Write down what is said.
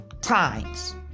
times